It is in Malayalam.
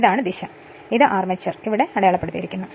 ഇതാണ് ദിശ ഇതാണ് അർമേച്ചർ ഇവിടെ അടയാളപ്പെടുത്തിയിരിക്കുന്നു